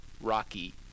Rocky